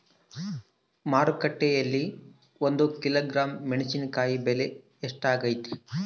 ಮಾರುಕಟ್ಟೆನಲ್ಲಿ ಒಂದು ಕಿಲೋಗ್ರಾಂ ಮೆಣಸಿನಕಾಯಿ ಬೆಲೆ ಎಷ್ಟಾಗೈತೆ?